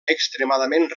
extremadament